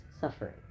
suffering